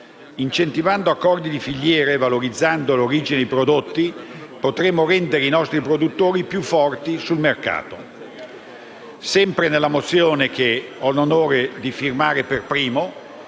Incentivando accordi di filiera e valorizzando l'origine dei prodotti potremo rendere i nostri produttori più forti sul mercato. Sempre nella mozione di cui ho l'onore di essere il primo